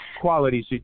qualities